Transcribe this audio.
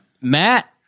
Matt